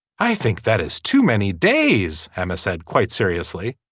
i think that is too many days emma said quite seriously